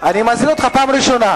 אני מזהיר אותך פעם ראשונה.